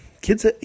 kids